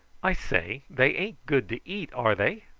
i say, they ain't good to eat, are they?